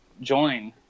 join